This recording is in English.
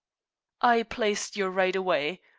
i placed you right away.